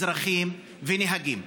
אזרחים ונהגים.